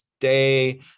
day